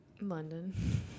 London